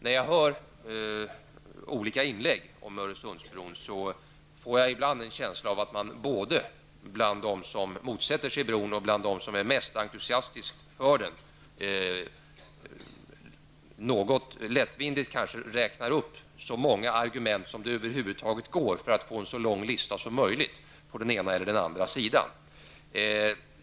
När jag hör olika inlägg om Öresundsbron får jag ibland en känsla av att både de som motsätter sig bron och de som är mest entusiastiska för den något lättvindigt räknar upp så många argument som de över huvud taget kan komma på för att få en så lång lista som är möjligt på argument till stöd för resp. sida.